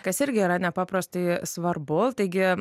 kas irgi yra nepaprastai svarbu taigi